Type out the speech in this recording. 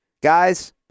Guys